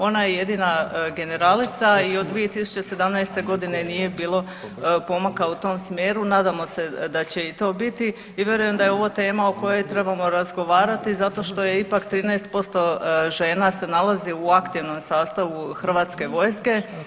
Ona je jedina generalica i od 2017. g. nije bilo pomaka u tom smjeru, nadamo se da će i to biti i vjerujem da je ovo tema o kojoj trebamo razgovarati zato što je ipak 13% žena se nalazi u aktivnom sastavu Hrvatske vojske.